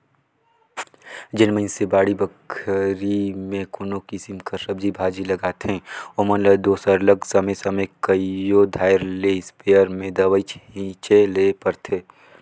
जेन मइनसे बाड़ी बखरी में कोनो किसिम कर सब्जी भाजी लगाथें ओमन ल दो सरलग समे समे कइयो धाएर ले इस्पेयर में दवई छींचे ले परथे